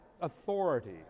authority